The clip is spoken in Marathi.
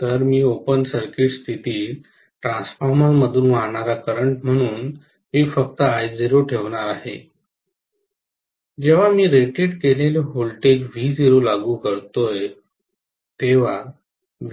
तर मी ओपन सर्किट स्थितीत ट्रान्सफॉर्मरमधून वाहणारा करंट म्हणून मी फक्त I0 ठेवणार आहे जेव्हा मी रेटेड केलेले व्होल्टेज V0 लागू करतोय तेव्हा